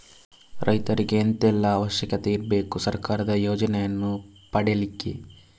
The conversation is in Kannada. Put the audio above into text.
ರೈತರಿಗೆ ಎಂತ ಎಲ್ಲಾ ಅವಶ್ಯಕತೆ ಇರ್ಬೇಕು ಸರ್ಕಾರದ ಯೋಜನೆಯನ್ನು ಪಡೆಲಿಕ್ಕೆ?